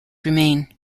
remain